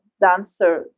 dancer